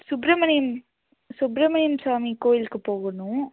சுப்ரமணியன் சுப்ரமணியன் ஸ்வாமி கோயிலுக்கு போகணும்